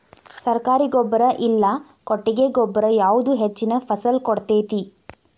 ಸರ್ಕಾರಿ ಗೊಬ್ಬರ ಇಲ್ಲಾ ಕೊಟ್ಟಿಗೆ ಗೊಬ್ಬರ ಯಾವುದು ಹೆಚ್ಚಿನ ಫಸಲ್ ಕೊಡತೈತಿ?